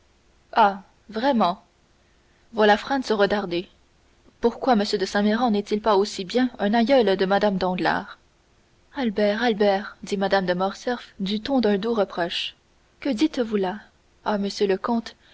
vraiment voilà franz retardé pourquoi m de saint méran n'est-il pas aussi bien un aïeul de mlle danglars albert albert dit mme de morcerf du ton d'un doux reproche que dites-vous là ah monsieur le comte